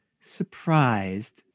surprised